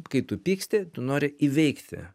kai tu pyksti tu nori įveikti